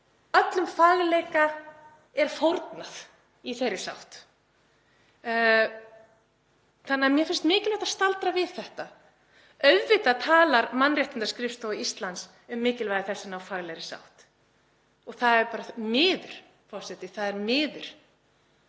allri fagmennsku er fórnað í þeirri sátt. Þannig að mér finnst mikilvægt að staldra við þetta. Auðvitað talar Mannréttindaskrifstofu Íslands um mikilvægi þess að ná faglegri sátt. Það er bara miður, forseti, að það